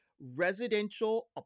residential